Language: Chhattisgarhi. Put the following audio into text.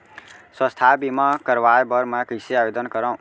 स्वास्थ्य बीमा करवाय बर मैं कइसे आवेदन करव?